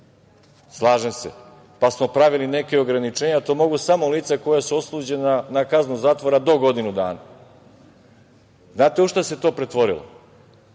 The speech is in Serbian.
Slažem se. Pa smo pravili neka ograničenja, a to mogu samo lica koja su osuđena na kaznu zatvora do godinu dana. Znate li u šta se to pretvorilo?